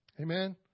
Amen